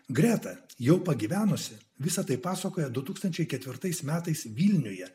greta jau pagyvenusi visa tai pasakoja du tūkstančiai ketvirtais metais vilniuje